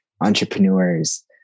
entrepreneurs